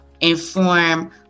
inform